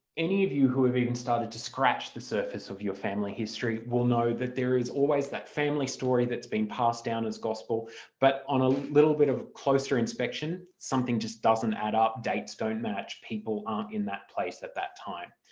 any of you who have even started to scratch the surface of your family history will know that there is always that family story that's been passed down as gospel but on a little bit of closer inspection something just doesn't add up, dates don't match, people aren't in that place at that time.